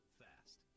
fast